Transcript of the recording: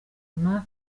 runaka